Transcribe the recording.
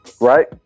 right